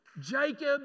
Jacob